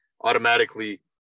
automatically